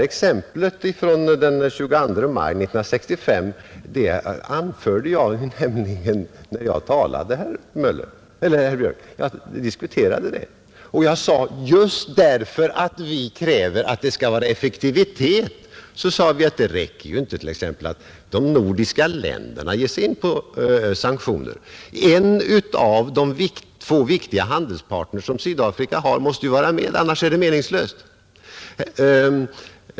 Exemplet från den 22 maj 1965 anförde jag nämligen när jag talade, och jag sade att just därför att vi kräver att det skall vara effektivitet så räcker det inte t.ex. att de nordiska länderna ger sig in på sanktioner. En av de två viktiga handelspartners Sydafrika har måste vara med, annars är det meningslöst.